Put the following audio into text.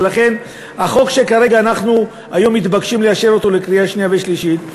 ולכן החוק שאנחנו מתבקשים היום לאשר בקריאה שנייה ושלישית,